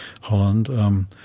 Holland –